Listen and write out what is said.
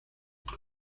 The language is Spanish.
fue